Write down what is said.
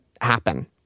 happen